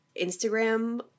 instagram